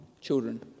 children